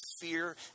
fear